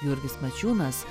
jurgis mačiūnas